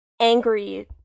angry